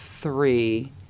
three